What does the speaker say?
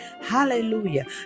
Hallelujah